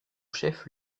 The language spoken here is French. chef